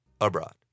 abroad